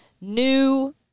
new